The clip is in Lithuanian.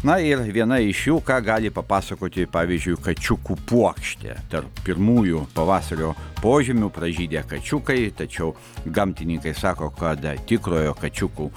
na ir viena iš jų ką gali papasakoti pavyzdžiui kačiukų puokštė tarp pirmųjų pavasario požymių pražydę kačiukai tačiau gamtininkai sako kad tikrojo kačiukų